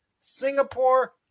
Singapore